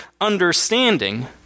understanding